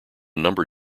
number